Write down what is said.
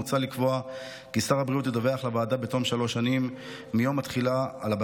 מוצע לקבוע כי בתום שלוש שנים מיום התחילה שר הבריאות ידווח לוועדה על